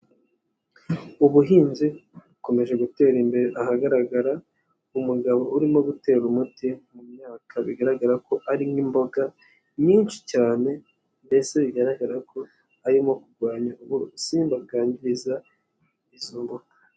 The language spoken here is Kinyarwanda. Ubuhinzi bukomeje gutera imbere ahagaragara umugabo urimo gutera umuti mu myaka bigaragara ko ari nk'imboga nyinshi cyane, mbese bigaragara ko arimo kurwanya ubusimba bwangiza izo mboga.